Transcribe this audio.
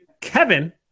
kevin